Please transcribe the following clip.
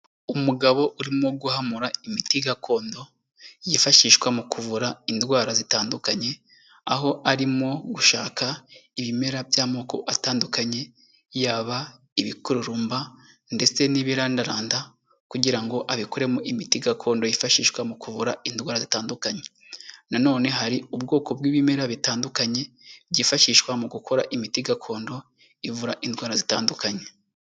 Umugabo urimo guhamura imiti gakondo yifashishwa mu kuvura indwara zitandukanye, aho arimo gushaka ibimera by'amoko atandukanye, yaba ibikururumba ndetse n'ibirandaranda, kugira ngo abikoremo imiti gakondo yifashishwa mu kuvura indwara zitandukanye, na none hari ubwoko bw'ibimera bitandukanye, byifashishwa mu gukora imiti gakondo ivura indwara zitandukanye.